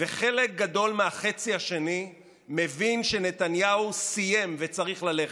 וחלק גדול מהחצי השני מבין שנתניהו סיים וצריך ללכת.